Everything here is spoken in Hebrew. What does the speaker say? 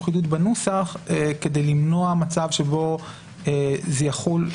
חידוד בנוסח כדי למנוע מצב שבו זה יחול,